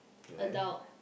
adult